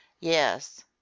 Yes